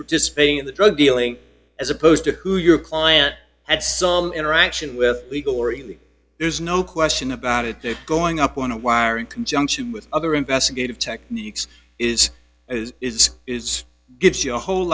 participating in the drug dealing as opposed to who your client had some interaction with legal or even there's no question about it going up on a wire in conjunction with other investigative techniques is as is is gives you a whole